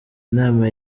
nama